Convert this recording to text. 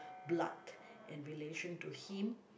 blood and relation to him